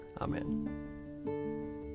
Amen